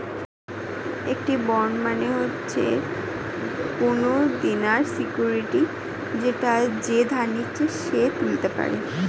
একটি বন্ড মানে হচ্ছে কোনো দেনার সিকিউরিটি যেটা যে ধার নিচ্ছে সে তুলতে পারে